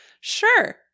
sure